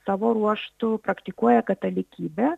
savo ruožtu praktikuoja katalikybę